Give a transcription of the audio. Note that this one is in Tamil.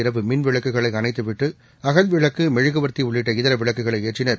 இரவு மின் விளக்குகளைஅணைத்துவிட்டுஅகல்விளக்கு மெழுகுவர்த்திஉள்ளிட்ட நேற்று இதரவிளக்குகளைஏற்றினர்